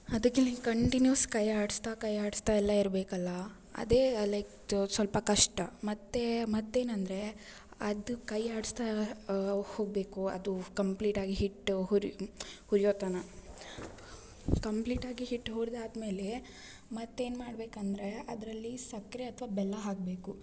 ಅದಕ್ಕೆ like continuous ಕೈ ಆಡಿಸ್ತಾ ಕೈ ಆಡಿಸ್ತಾ ಎಲ್ಲ ಇರಬೇಕಲ್ಲ ಅದೇ ಲೈಕ್ ಸ್ವಲ್ಪ ಕಷ್ಟ ಮತ್ತು ಮತ್ತು ಏನಂದರೆ ಅದು ಕೈ ಆಡಿಸ್ತಾ ಹೋಗ್ಬೇಕು ಅದು ಕಂಪ್ಲೀಟಾಗಿ ಹಿಟ್ಟು ಹುರಿ ಹುರಿಯೋ ತನಕ ಕಂಪ್ಲೀಟಾಗಿ ಹಿಟ್ಟು ಹುರ್ದು ಆದ್ಮೇಲೆ ಮತ್ತು ಏನು ಮಾಡ್ಬೇಕಂದರೆ ಅದರಲ್ಲಿ ಸಕ್ಕರೆ ಅಥ್ವ ಬೆಲ್ಲ ಹಾಕ್ಬೇಕು